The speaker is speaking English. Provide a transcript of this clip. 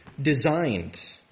designed